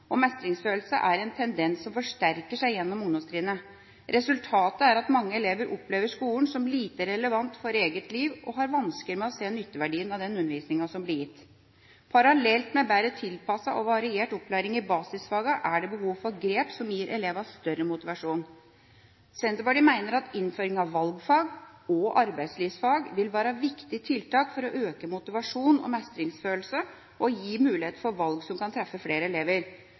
og mestringsfølelse er en tendens som forsterker seg gjennom ungdomstrinnet. Resultatet er at mange elever opplever skolen som lite relevant for eget liv og har vansker med å se nytteverdien av den undervisninga som blir gitt. Parallelt med bedre tilpasset og variert opplæring i basisfagene er det behov for grep som gir elevene større motivasjon. Senterpartiet mener at innføring av valgfag og arbeidslivsfag vil være viktige tiltak for å øke motivasjon og mestringsfølelse og gi mulighet for valg som kan treffe flere elever.